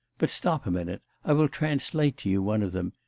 but stop a minute, i will translate to you one of them.